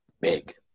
big